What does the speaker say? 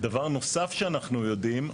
דבר נוסף שאנחנו יודעים,